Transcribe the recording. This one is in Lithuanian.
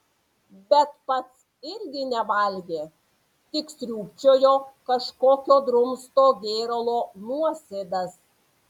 bet pats irgi nevalgė tik sriūbčiojo kažkokio drumsto gėralo nuosėdas